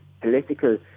political